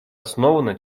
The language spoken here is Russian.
основана